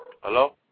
Hello